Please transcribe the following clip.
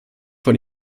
von